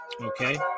Okay